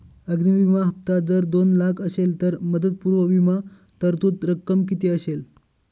अग्नि विमा हफ्ता जर दोन लाख असेल तर मुदतपूर्व विमा तरतूद रक्कम किती असेल?